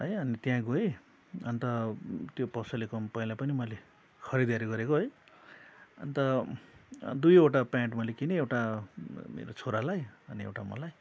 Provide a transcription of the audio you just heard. है अनि त्या गएँ अन्त त्यो पसलेकोमा पहिला पनि मैले खरीदहरू गरेको है अन्त दुईवटा प्यान्ट मैले किनेँ एउटा मेरो छोरालाई एउटा मलाई